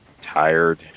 tired